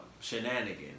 shenanigans